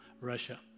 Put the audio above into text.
Russia